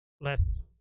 less